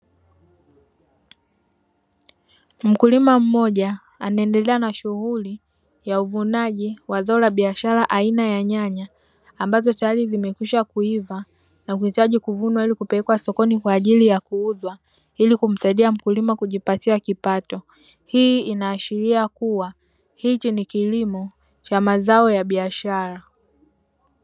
Mkulima mmoja anaendelea na shughuli ya uvunaji wa zao la biashara aina ya nyanya ambazo teyari zimekwisha kuiva na kuhitaji kuvunwa ili kupelekwa sokoni kwa ajili kuuzwa ili kumsaidia mkulima kujipatia kipato. Hii inaashiria kuwa hichi ni kilimo cha mazao ya biashara.